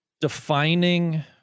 defining